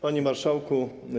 Panie Marszałku!